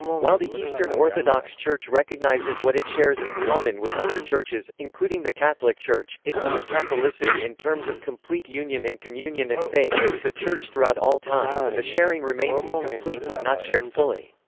while the eastern orthodox church recognizes what it shares in common with other churches, including the catholic church, it sees catholicity in terms of complete union in communion and faith, with the church throughout all time, and the sharing remains incomplete when not shared fully.